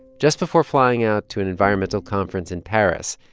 just before flying out to an environmental conference in paris,